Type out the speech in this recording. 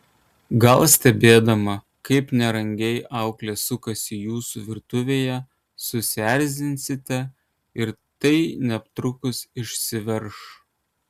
gal stebėdama kaip nerangiai auklė sukasi jūsų virtuvėje susierzinsite ir tai netruks išsiveržti